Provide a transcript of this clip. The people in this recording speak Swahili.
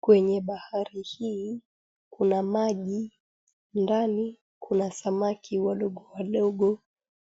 Kwenye bahari hii kuna maji, ndani kuna samaki wadogo wadogo